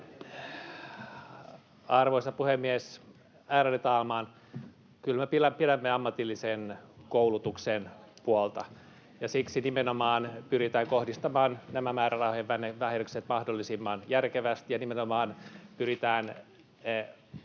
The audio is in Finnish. Arvoisa puhemies, ärade talman! Kyllä me pidämme ammatillisen koulutuksen puolta, ja siksi nimenomaan pyritään kohdistamaan nämä määrärahojen vähennykset mahdollisimman järkevästi ja nimenomaan pyritään parantamaan